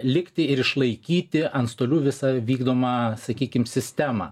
likti ir išlaikyti antstolių visa vykdomą sakykim sistemą